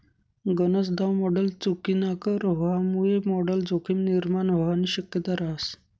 गनज दाव मॉडल चुकीनाकर व्हवामुये मॉडल जोखीम निर्माण व्हवानी शक्यता रहास